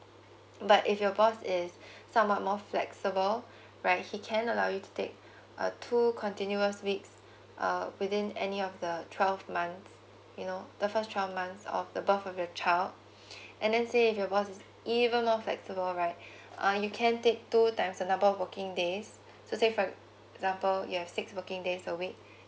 but if your boss is somewhat more flexible right he can allow you take a two continuous weeks uh within any of the twelve month you know the first twelve months of the birth of your child and then say if your boss is even more flexible right uh you can take two times a number of working days so say for example you have six working days a week